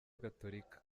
gatolika